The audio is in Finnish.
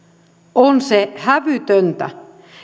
on se hävytöntä